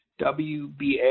WBA